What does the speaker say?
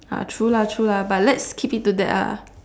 ah true lah true lah but let's keep it to that lah